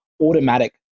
automatic